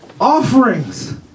offerings